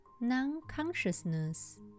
non-consciousness